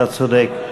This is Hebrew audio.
אתה צודק.